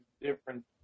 different